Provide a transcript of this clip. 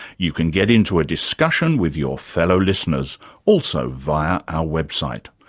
you can get into a discussion with your fellow listeners also, via our website.